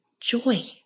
Joy